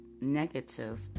negative